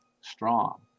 strong